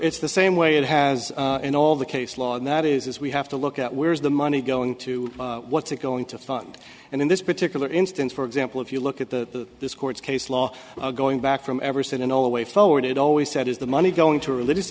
it's the same way it has in all the case law and that is we have to look at where is the money going to what's it going to fund and in this particular instance for example if you look at the this court's case law going back from everson and all the way forward it always said is the money going to religious